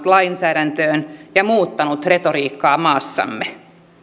lainsäädäntöön ja muuttanut retoriikkaa maassamme